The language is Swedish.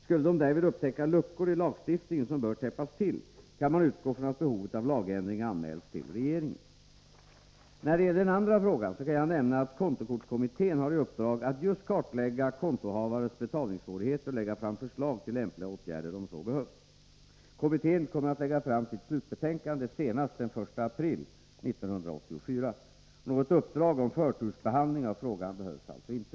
Skulle de därvid upptäcka luckor i lagstiftningen som bör täppas till, kan man utgå från att behovet av lagändring anmäls till regeringen. När det gäller den andra frågan kan jag nämna att kontokortskommittén har i uppdrag att just kartlägga kontohavares betalningssvårigheter och lägga fram förslag till lämpliga åtgärder, om så behövs. Kommittén kommer att lägga fram sitt slutbetänkande senast den 1 april 1984. Något uppdrag om förtursbehandling av frågan behövs alltså inte.